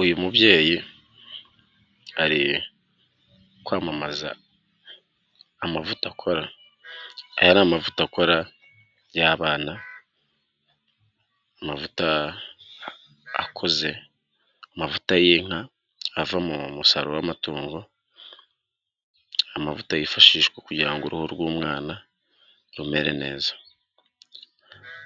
Uyu mubyeyi ari kwamamaza amavuta akora, aya ni amavuta akora y'abana, amavuta akuze, amavuta y'inka ava mu musaruro w'amatungo, amavuta yifashishwa kugira ngo uruhu rw'umwana rumere neza,